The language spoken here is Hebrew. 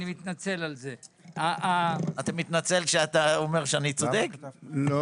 כי אם